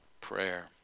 prayer